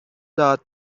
داد